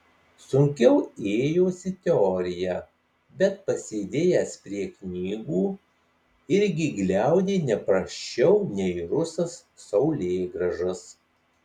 sunkiau ėjosi teorija bet pasėdėjęs prie knygų irgi gliaudė ne prasčiau nei rusas saulėgrąžas